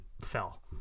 fell